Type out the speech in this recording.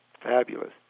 fabulous